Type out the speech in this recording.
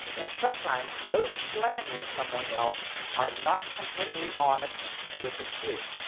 and sometimes those slandering someone else are not completely honest with the truth.